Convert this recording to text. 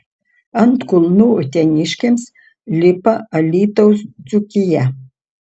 ant kulnų uteniškiams lipa alytaus dzūkija